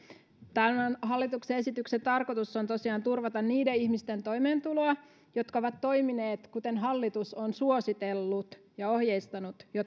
tämän hallituksen esityksen tarkoitus on tosiaan turvata niiden ihmisten toimeentuloa jotka ovat toimineet kuten hallitus on suositellut ja ohjeistanut jotta